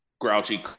grouchy